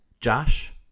Josh